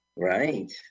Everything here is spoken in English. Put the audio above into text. Right